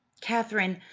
katherine,